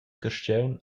carstgaun